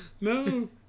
No